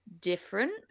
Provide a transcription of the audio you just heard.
different